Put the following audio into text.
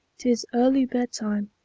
t is early bedtime,